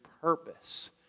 purpose